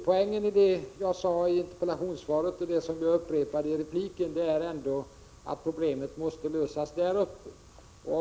Poängen i det jag sade i interpellationssvaret och som jag upprepade i ett senare inlägg är att problemet måste lösas där uppe.